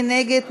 מי נגד?